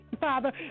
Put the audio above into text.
Father